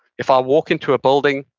if i walk into a building,